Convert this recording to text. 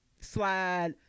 slide